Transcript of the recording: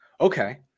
Okay